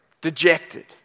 dejected